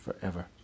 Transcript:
forever